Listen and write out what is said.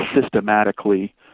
systematically